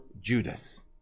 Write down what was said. Judas